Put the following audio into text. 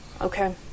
Okay